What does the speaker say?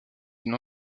une